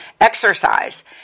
Exercise